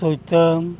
ᱥᱩᱭᱛᱟᱹᱢ